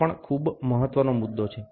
આ પણ ખૂબ મહત્વનો મુદ્દો છે